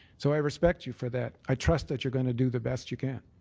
so i respect you for that. i trust that you're going to do the best you can,